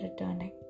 returning